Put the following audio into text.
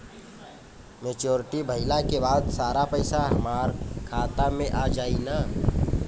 Maturity भईला के बाद सारा पईसा हमार खाता मे आ जाई न?